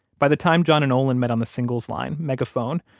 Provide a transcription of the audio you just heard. by the time john and olin met on the singles line, megaphone,